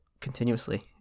continuously